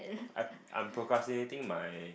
I'm I'm procrastinating my